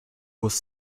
was